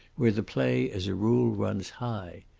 where the play as a rule runs high.